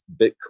Bitcoin